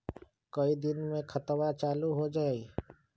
कई दिन मे खतबा चालु हो जाई?